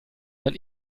man